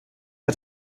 hat